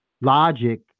Logic